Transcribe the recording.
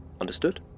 Understood